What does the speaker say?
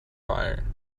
fire